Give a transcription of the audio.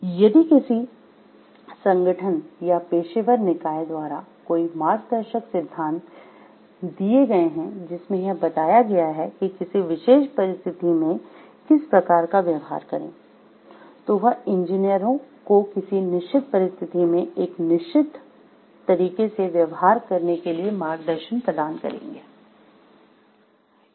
यदि किसी संगठन या पेशेवर निकाय द्वारा कोई मार्गदर्शक सिद्धांत दिए गए हैं जिसमें यह बताया गया है कि किसी विशेष परिस्थिति में किस प्रकार का व्यवहार करें तो वह इंजीनियरों को किसी निश्चित परिस्थिति में एक निश्चित तरीके से व्यवहार करने के लिए मार्गदर्शन प्रदान करेगा